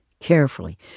carefully